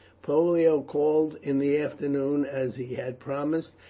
pollio called in the afternoon, as he had promised,